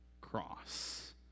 cross